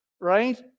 right